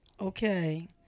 Okay